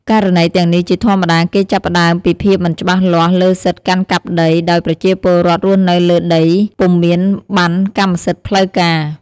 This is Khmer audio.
ករណីទាំងនេះជាធម្មតាគេចាប់ផ្ដើមពីភាពមិនច្បាស់លាស់លើសិទ្ធិកាន់កាប់ដី ដោយប្រជាពលរដ្ឋរស់នៅលើដីពុំមានបណ្ណកម្មសិទ្ធិផ្លូវការ។